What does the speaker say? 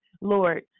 Lord